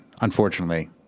unfortunately